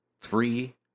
three